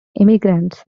immigrants